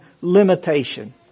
limitation